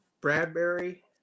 Bradbury